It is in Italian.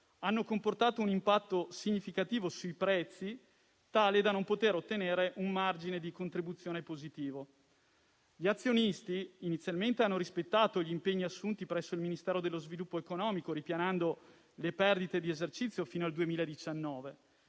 hanno comportato un impatto significativo sui prezzi, tale da non poter ottenere un margine di contribuzione positivo; gli azionisti inizialmente hanno rispettato gli impegni assunti presso il Ministero dello sviluppo economico, ripianando le perdite di esercizio fino al 2019.